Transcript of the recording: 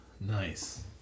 Nice